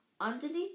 Underneath